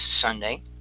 Sunday